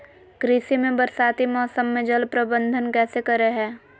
कृषि में बरसाती मौसम में जल प्रबंधन कैसे करे हैय?